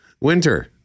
Winter